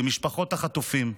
במשפחות החטופים,